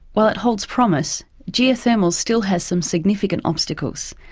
while it holds promise geothermal still has some significant obstacles.